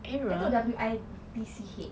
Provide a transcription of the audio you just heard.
I tahu W I T C H